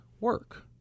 work